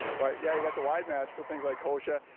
but yeah you have to widematch for things like kochia.